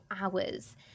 hours